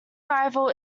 rival